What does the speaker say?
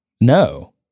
No